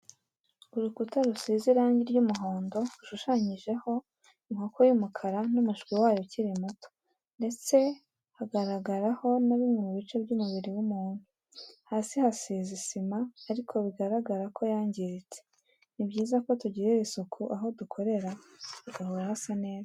Urukuta rusize irangi ry'umuhondo rushushanyijeho inkoko y'umukara n'umushwi wayo ukiri muto, ndetse hagaragaraho na bimwe mu bice by'umubiri w'umuntu, hasi hasize isima ariko bigaragara ko yangiritse, ni byiza ko tugirira isuku aho dukorera hagahora hasa neza